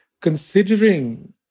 considering